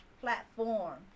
platform